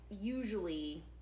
usually